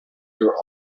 your